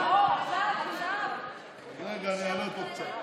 רגע, אני אעלה פה קצת.